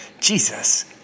Jesus